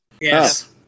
Yes